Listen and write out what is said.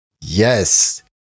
yes